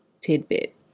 tidbit